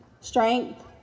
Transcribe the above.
strength